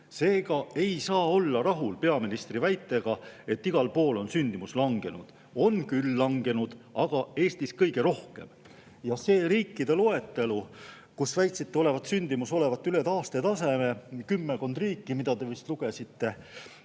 Seega ei saa olla rahul peaministri väitega, et igal pool on sündimus langenud. On küll langenud, aga Eestis kõige rohkem. Ja nende riikide loetelu, kus te väitsite sündimuse olevat üle taastetaseme – kümmekond riiki vist lugesite